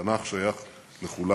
התנ"ך שייך לכולם.